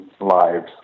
lives